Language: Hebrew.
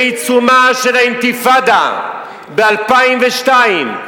בעיצומה של האינתיפאדה ב-2002,